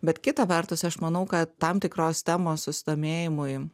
bet kita vertus aš manau kad tam tikros temos susidomėjimui